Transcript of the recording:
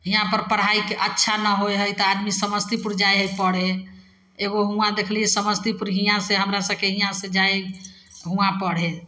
हिआँपर पढ़ाइके अच्छा नहि होइ हइ तऽ आदमी समस्तीपुर जाइ हइ पढ़ै एगो हुआँ देखलिए समस्तीपुर हिआँसे हमरासभके हिआँ से जाइ हुआँ पढ़ै